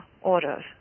Orders